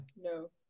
No